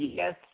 Yes